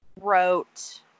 wrote